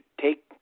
take